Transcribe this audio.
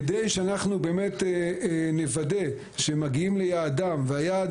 כדי שאנחנו באמת נוודא שהם מגיעים ליעדם והיעד